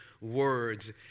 words